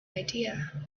idea